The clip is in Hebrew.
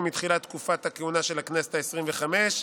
מתחילת תקופת הכהונה של הכנסת העשרים-וחמש.